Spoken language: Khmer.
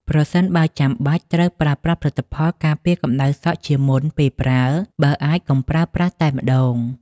ប្រសិនបើចាំបាច់ ត្រូវប្រើប្រាស់ផលិតផលការពារកម្ដៅសក់ជាមុនពេលប្រើ បើអាចកុំប្រើប្រាស់តែម្តង ។